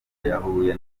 yahuye